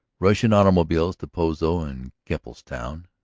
rush in automobiles to pozo and kepple's town,